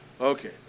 Okay